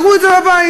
יראו את זה בבית.